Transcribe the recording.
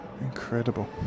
Incredible